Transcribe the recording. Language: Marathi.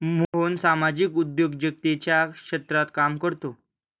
मोहन सामाजिक उद्योजकतेच्या क्षेत्रात काम करतो